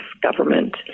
government